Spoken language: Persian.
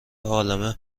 عالمه